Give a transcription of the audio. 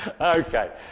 Okay